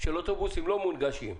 של אוטובוסים לא מונגשים,